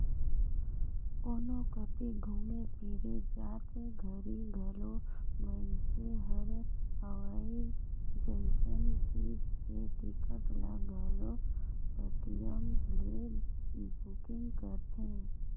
कोनो कति घुमे फिरे जात घरी घलो मइनसे हर हवाई जइसन चीच के टिकट ल घलो पटीएम ले बुकिग करथे